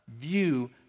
view